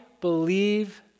believe